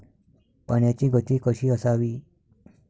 पाण्याची गती कशी असावी?